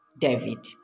David